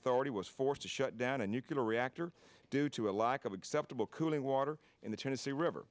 authority was forced to shut down a nuclear reactor due to a lack of acceptable cooling water in the tennessee river